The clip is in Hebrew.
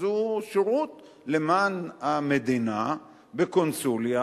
אז הוא שירות למען המדינה בקונסוליה,